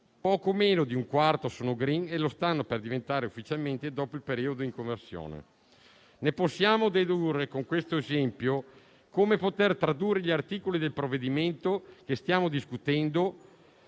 poco meno di un quarto sono *green* o lo stanno per diventare ufficialmente dopo il periodo in conversione. Possiamo dedurre, con questo esempio, come poter tradurre gli articoli del provvedimento che stiamo discutendo.